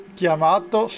chiamato